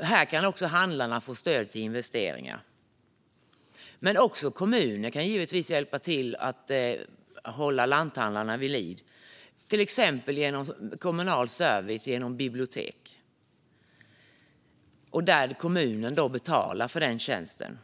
Här kan handlarna få stöd till investeringar. Men också kommuner kan givetvis hjälpa till att hålla lanthandlarna vid liv genom till exempel kommunal service som bibliotek där kommunen betalar för den tjänsten.